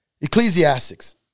Ecclesiastics